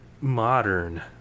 modern